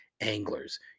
anglers